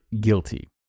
guilty